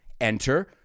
Enter